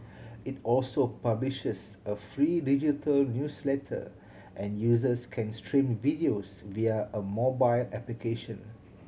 it also publishes a free digital newsletter and users can stream videos via a mobile application